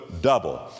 double